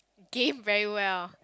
game very well